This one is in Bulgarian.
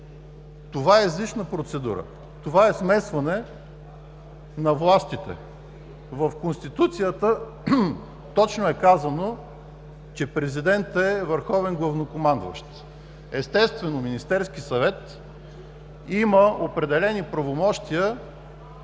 това е излишна процедура. Това е смесване на властите. В Конституцията точно е казано, че президентът е върховен главнокомандващ. Естествено, Министерският съвет има определени правомощия